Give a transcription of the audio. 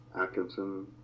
Atkinson